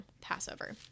Passover